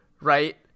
right